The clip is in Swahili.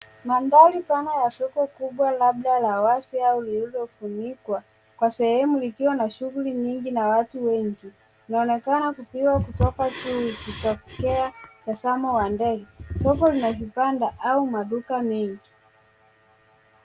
Mandahri pana la soko kubwa labda la wazi lililofunikwa kwa sehemu likiwa na shughuli nyingi na watu wengi. Inaonekana kupigwa kutoka juu ikitokea mtazamo wa mbele. Soko lina vibanda au maduka mengi.